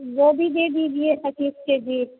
वो भी दे दीजिए पचीस के जी